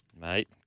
Mate